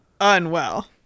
unwell